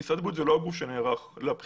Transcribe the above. משרד הבריאות הוא לא הגוף שנערך לבחירות.